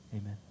Amen